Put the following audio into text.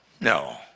no